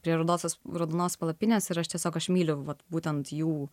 prie rudosios raudonos palapinės ir aš tiesiog aš myliu vat būtent jų